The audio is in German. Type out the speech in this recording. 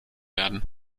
werden